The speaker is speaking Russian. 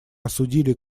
осудили